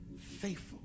faithful